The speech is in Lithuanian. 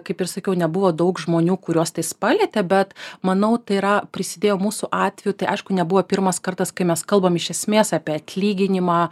kaip ir sakiau nebuvo daug žmonių kuriuos tas palietė bet manau tai yra prisidėjo mūsų atveju tai aišku nebuvo pirmas kartas kai mes kalbam iš esmės apie atlyginimą